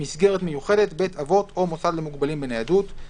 "מסגרת מיוחדת" בית אבות או מוסד למוגבלים בניידות"; "דייר"